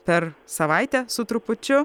per savaitę su trupučiu